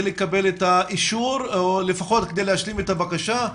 לקבל את האישור או לפחות כדי להשלים את הבקשה.